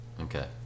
Okay